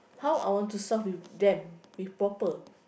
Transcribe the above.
how I want to solve with them with proper